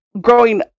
growing